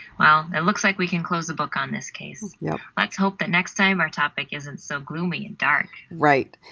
well it looks like we can close the book on this case. yeah let's hope that next time our topic isn't so gloomy and dark. kelley right.